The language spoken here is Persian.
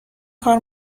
کار